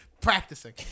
practicing